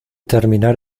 terminar